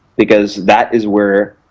because that is where